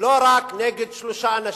לא רק נגד שלושה אנשים,